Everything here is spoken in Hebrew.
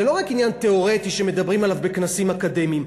זה לא רק עניין תיאורטי שמדברים עליו בכנסים אקדמיים,